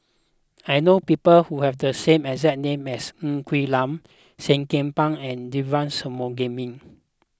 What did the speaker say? I know people who have the same as as names Ng Quee Lam Seah Kian Peng and Devagi Sanmugam